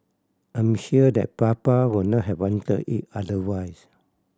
I'm sure that Papa would not have wanted it otherwise